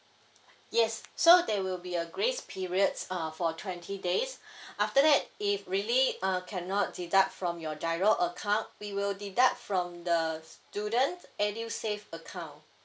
yes so there will be a grace periods uh for twenty days after that if really uh cannot deduct from your giro account we will deduct from the student edusave account